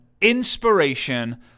Inspiration